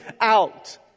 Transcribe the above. out